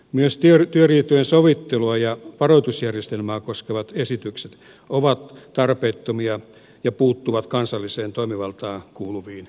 myös työriitojen sovittelua ja varoitusjärjestelmää koskevat esitykset ovat tarpeettomia ja puuttuvat kansalliseen toimivaltaan kuuluviin asioihin